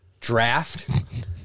draft